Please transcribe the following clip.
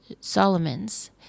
Solomon's